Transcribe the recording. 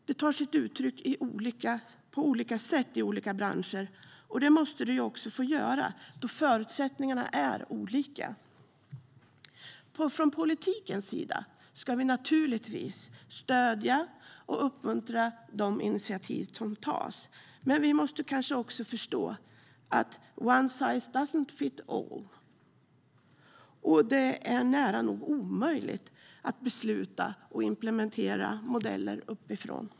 Det tar sig uttryck på olika sätt i olika branscher, och det måste det också få göra då förutsättningarna är olika. Från politikens sida ska vi naturligtvis stödja och uppmuntra de initiativ som tas, men vi måste kanske också förstå att "one size doesn ́t fit all". Det är nära nog omöjligt att besluta och implementera modeller uppifrån.